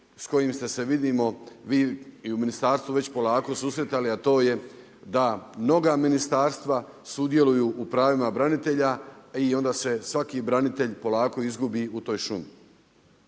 s kojim ste se vidimo, vi i u ministarstvu već polako i susretali, a to je da mnoga ministarstva sudjeluju u pravima branitelja i onda se svaki branitelj polako izgubi u toj šumi.